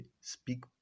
speak